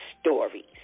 stories